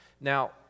Now